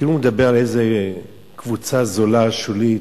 כאילו הוא מדבר על איזו קבוצה זולה, שולית,